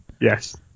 Yes